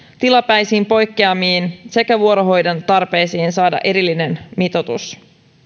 tilapäisiin poikkeamiin sekä vuorohoidon tarpeisiin saada erillinen mitoitus